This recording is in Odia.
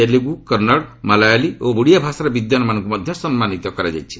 ତେଲୁଗୁ କନ୍ନଡ ମଲାୟଲି ଓ ଓଡ଼ିଆ ଭାଷାର ବିଦ୍ୱାନମାନଙ୍କୁ ମଧ୍ୟ ସନ୍ନାନିତ କରାଯାଇଛି